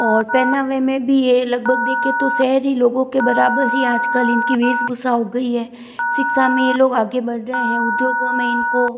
और पहनावे में भी ये लगभग देखे तो शहरी लोगों के बराबर ही आज कल इन की वेशभूषा हो गई है शिक्षा में ये लोग आगे बढ़ रहे हैं उद्योगों में इन को